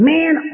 Man